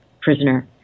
prisoner